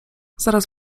zaraz